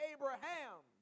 Abraham